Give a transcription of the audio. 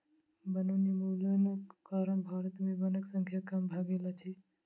वनोन्मूलनक कारण भारत में वनक संख्या कम भ गेल अछि